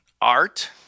Art